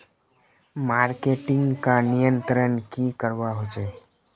Marketing का नियंत्रण की करवा होचे?